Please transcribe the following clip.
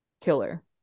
killer